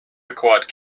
required